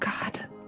God